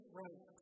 right